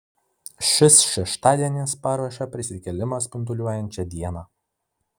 šis šeštadienis paruošia prisikėlimo spinduliuojančią dieną